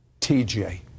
TJ